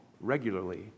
regularly